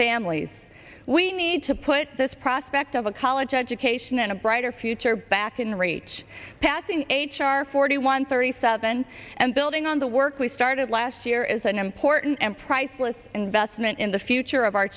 families we need to put this prospect of a college education and a brighter future back in reach passing h r forty one thirty seven and building on the work we started last year is an important and priceless investment in the future of our